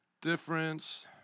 Difference